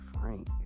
Frank